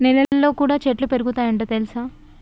నెలల్లో కూడా చెట్లు పెరుగుతయ్ అంట తెల్సా